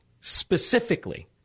specifically